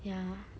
y